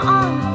on